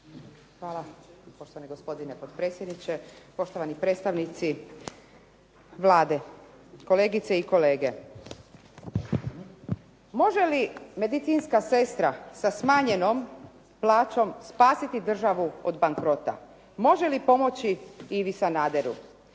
Hvala poštovani gospodine potpredsjedniče, poštovani predstavnici Vlade, kolegice i kolege. Može li medicinska sestra sa smanjenom plaćom spasiti državu od bankrota? Može li pomoći Ivi Sanaderu?